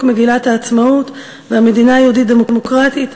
מגילת העצמאות והמדינה היהודית-דמוקרטית,